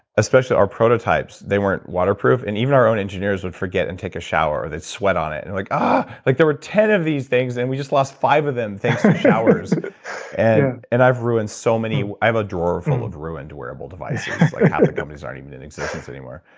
especially our prototypes, they weren't waterproof. and even our own engineers would forget, and take a shower, or they'd sweat on it, and like, ugh, like there were ten of these things, and we just lost five of them thanks to showers. and and i've ruined so many, i have a drawer full of ruined wearable devices, like half yeah of the companies aren't even in existence anymore.